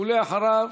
ואחריו,